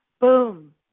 boom